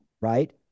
right